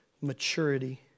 maturity